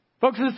Folks